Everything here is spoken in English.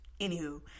anywho